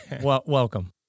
welcome